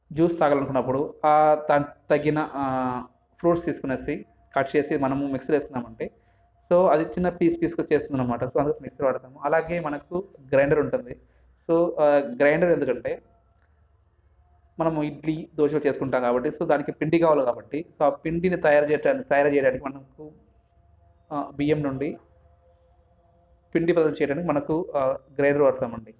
juice తాగాలనుకున్నప్పుడు దానికి తగిన ఫ్రూట్స్ తీసుకొని కట్ చేసి మనము మిక్సీలో వేసుకున్నాము అంటే సో అది చిన్న పీస్ పీస్గా చేస్తుంది అన్నమాట సో అందు కోసం మిక్సీ వాడతాము అలాగే మనకు గ్రైండర్ ఉంటుంది సో గ్రైండర్ ఎందుకంటే మనము ఇడ్లీ దోశ చేసుకుంటాం కాబట్టి సో దానికి పిండి కావాలి కాబట్టి సో ఆ పిండి తయారు తయారు చేయడానికి మనకు బియ్యం నుండి పిండి పదార్థాలు చేయడానికి మనకు గ్రైండర్ వాడుతామండీ